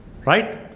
Right